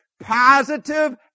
positive